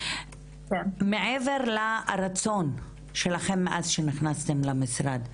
מעבר לרצון שלכן מאז שנכנסתן למשרד,